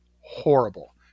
Horrible